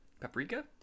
Paprika